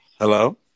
Hello